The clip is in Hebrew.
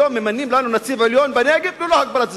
היום ממנים לנו נציב עליון בנגב ללא הגבלת זמן.